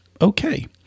okay